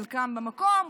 חלקן במקום,